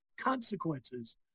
consequences